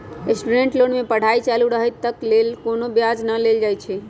student loan में पढ़ाई चालू रहइत तक के लेल कोनो ब्याज न लेल जाइ छइ